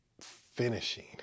finishing